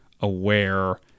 aware